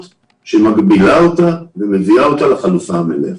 שמגבילה אותה ומביאה אותה לחלופה המלאה.